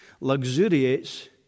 luxuriates